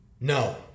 No